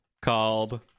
called